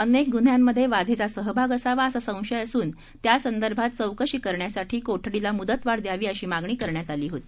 अनेक गुन्ह्यांमध्ये वाझेचा सहभाग असावा असा संशय असून त्या संदर्भात चौकशी करण्यासाठी कोठडीला मुदतवाढ द्यावी अशी मागणी करण्यात आली होती